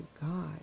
God